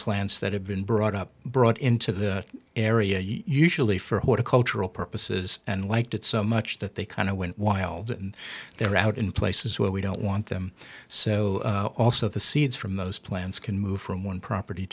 plants that have been brought up brought into the area usually for horticultural purposes and liked it so much that they kind of went wild and they're out in places where we don't want them so also the seeds from those plants can move from one property